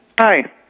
Hi